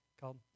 called